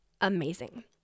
amazing